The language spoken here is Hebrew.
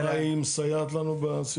תסביר מה היא מסייעת לנו בסיפור.